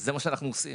זה מה שאנחנו עושים.